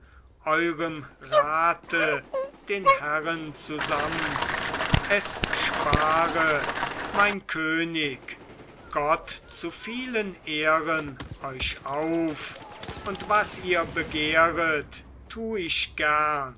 eurem rate den herren zusamt es spare mein könig gott zu vielen ehren euch auf und was ihr begehret tu ich gern